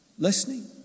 listening